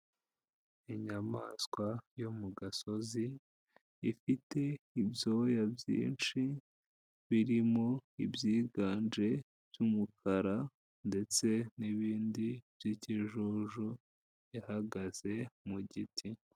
Inyamaswa yo mu gasozi, ifite ibya byinshi birimo ibyiganje by'umukara ndetse n'ibindi by'ikijuju yahagaze mu giti.